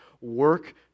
work